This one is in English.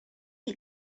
eat